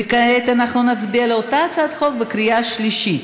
וכעת אנחנו נצביע על אותה הצעת חוק בקריאה שלישית.